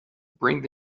bring